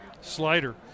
slider